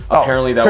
apparently,